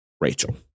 Rachel